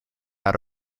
out